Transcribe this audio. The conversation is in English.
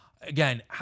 again